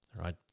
Right